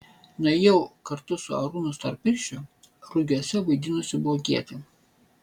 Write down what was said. nuėjau kartu su arūnu storpirščiu rugiuose vaidinusiu blogietį